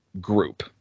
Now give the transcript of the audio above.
group